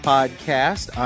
Podcast